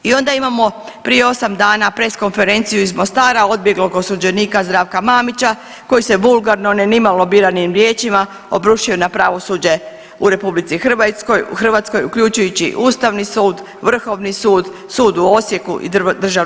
I onda imamo prije 8 dana press konferenciju iz Mostara odbjeglog osuđenika Zdravka Mamića koji se vulgarno, ne nimalo biranim riječima obrušio na pravosuđe u RH, uključujući Ustavni sud, Vrhovni sud, sud u Osijeku i DSV.